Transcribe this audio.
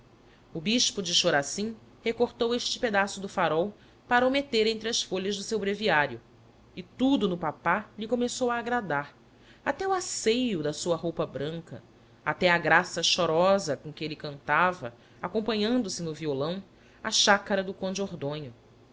o bispo de corazim recortou este pedaço do farol para o meter entre as folhas do seu breviário e tudo no papá lhe começou a agradar até o asseio da sua roupa branca até a graça chorosa com que de cantava acompanhando se no violão a xácara do